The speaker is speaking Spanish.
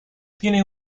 tienen